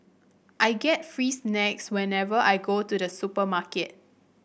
I get free snacks whenever I go to the supermarket